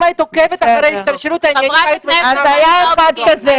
אם היית עוקבת אחרי השתלשלות הדברים היית --- אז היה אחד כזה.